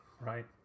right